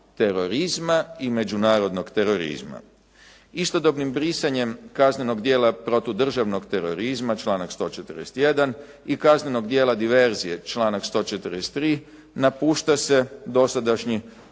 i međunarodnog terorizma. Istodobnim brisanjem kaznenog dijela protudržavnog terorizma članak 141. i kaznenog dijela diverzije članak 143. napušta se dosadašnji